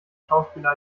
schauspieler